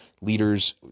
leaders